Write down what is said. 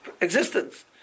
existence